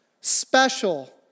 special